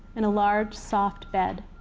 and a large, soft bed.